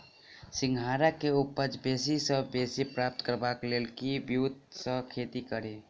सिंघाड़ा केँ उपज बेसी सऽ बेसी प्राप्त करबाक लेल केँ ब्योंत सऽ खेती कड़ी?